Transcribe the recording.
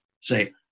Say